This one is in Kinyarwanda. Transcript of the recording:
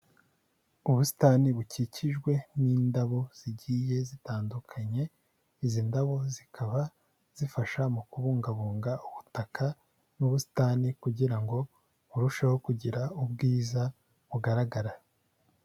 Ubusitani bukikijwe n'indabo zigiye zitandukanye, izi ndabo zikaba zifasha mu kubungabunga ubutaka n'ubusitani kugirango ngo burusheho kugira ubwiza bugaragara.